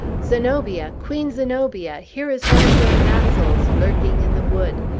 zenobia! queen zenobia! here is one of your vassals lurking in the wood.